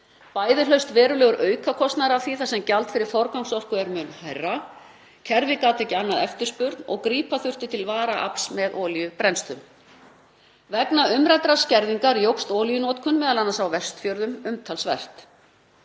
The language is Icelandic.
Bæði hlaust verulegur aukakostnaður af því þar sem gjald fyrir forgangsorku er mun hærra, kerfið gat ekki annað eftirspurn og grípa þurfti til varaafls með olíubrennslu. Vegna umræddrar skerðingar jókst olíunotkun m.a. á Vestfjörðum umtalsvert